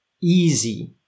easy